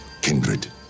kindred